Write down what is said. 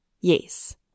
Yes